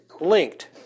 linked